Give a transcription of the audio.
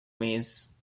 maze